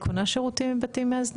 קונה שירותים מבתים מאזנים?